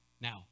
Now